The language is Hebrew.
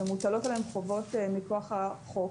שמוטלות עליהם חובות מכוח החוק